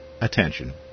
attention